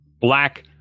black